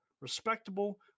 respectable